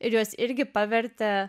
ir juos irgi pavertė